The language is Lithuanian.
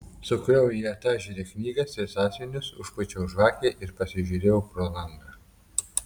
sukroviau į etažerę knygas ir sąsiuvinius užpūčiau žvakę ir pasižiūrėjau pro langą